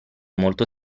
molto